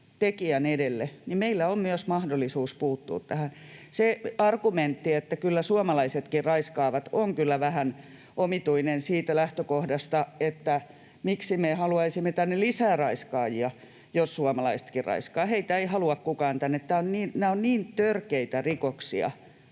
tekijän edelle, niin meillä on myös mahdollisuus puuttua tähän. Se argumentti, että kyllä suomalaisetkin raiskaavat, on kyllä vähän omituinen siitä lähtökohdasta, että miksi me haluaisimme tänne lisää raiskaajia, jos suomalaisetkin raiskaavat. Heitä ei halua kukaan tänne. Nämä ovat niin törkeitä rikoksia